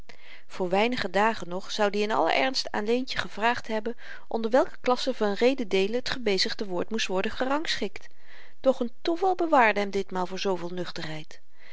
voor weinige dagen nog zoud i in allen ernst aan leentje gevraagd hebben onder welke klasse van rededeelen t gebezigde woord moest worden gerangschikt doch n toeval bewaarde hem ditmaal voor zooveel